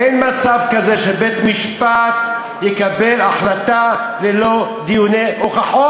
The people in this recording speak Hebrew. אין מצב כזה שבית-משפט יקבל החלטה ללא דיוני הוכחות.